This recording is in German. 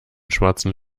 schwarzen